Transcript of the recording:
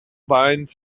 bind